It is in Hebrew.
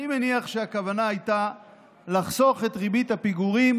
אני מניח שהכוונה הייתה לחסוך את ריבית הפיגורים